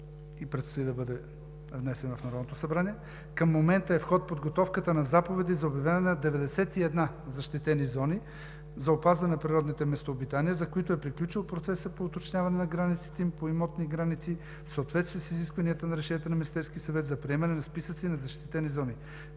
и предстои да бъде внесен в Народното събрание. Към момента е в ход подготовката на заповеди за обявяване на 91 защитени зони за опазване природните местообитания, за които е приключил процесът по уточняване на границите им по имотни граници в съответствие с изискванията на решенията на Министерския съвет за приемане на списъци на защитени зони.